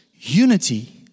unity